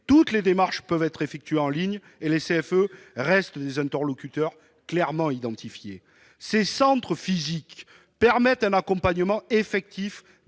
ou d'une activité peuvent déjà être effectuées en ligne aujourd'hui. Les CFE restent des interlocuteurs clairement identifiés. Ces centres physiques permettent un accompagnement effectif